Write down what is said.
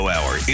Hour